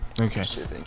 Okay